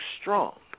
strong